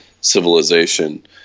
civilization